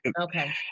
Okay